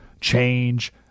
change